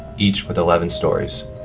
each with eleven storeys.